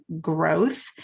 growth